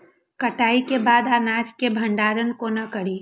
कटाई के बाद अनाज के भंडारण कोना करी?